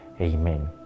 Amen